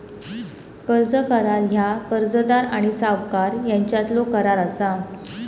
कर्ज करार ह्या कर्जदार आणि सावकार यांच्यातलो करार असा